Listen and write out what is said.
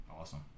awesome